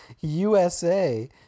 USA